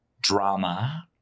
drama